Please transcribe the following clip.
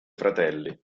fratelli